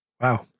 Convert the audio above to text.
Wow